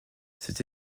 cette